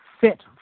fit